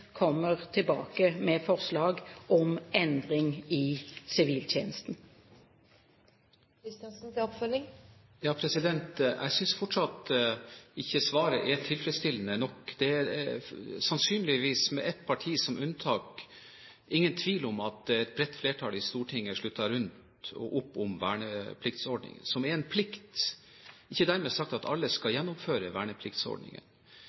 kommer tilbake med forslag om endring i siviltjenesten. Jeg synes fortsatt at svaret ikke er tilfredsstillende nok. Det er, sannsynligvis med ett parti som unntak, ingen tvil om at et bredt flertall i Stortinget slutter opp om vernepliktsordningen, som er en plikt. Det er ikke dermed sagt at alle skal